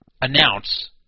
announce